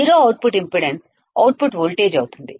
zero output impedance అనేది output voltage అవుతుంది